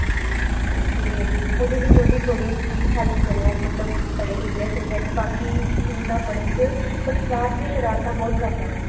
ਹਾਂਜੀ ਅਤੇ ਉਹਦੇ ਵਿੱਚ ਉਹਦੀ ਥੋੜ੍ਹੀ ਜਿਹੀ ਹੈਲਪ ਕਰਿਓ ਮਤਲਬ ਬੜੇ ਈਜ਼ੀ ਆ ਸਬਜੈਕਟ ਬਾਕੀ ਠੀਕ ਆ ਪੜ੍ਹਨ 'ਚ ਬਟ ਕਲਾਸ 'ਚ ਇਹ ਸ਼ਰਾਰਤਾਂ ਬਹੁਤ ਕਰਦਾ